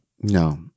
no